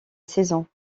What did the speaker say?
saison